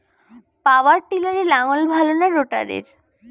পাওয়ার টিলারে লাঙ্গল ভালো না রোটারের?